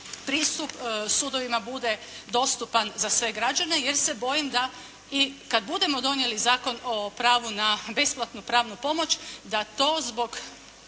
pristup sudovima bude dostupan za sve građane jer se bojim da i kad budemo donijeli Zakon o pravu na besplatnu pravnu pomoć da to zbog